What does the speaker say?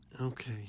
Okay